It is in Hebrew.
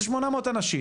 זה 800 אנשים,